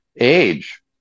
age